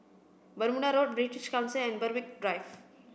Bermuda Road British Council and Berwick Drive